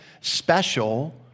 special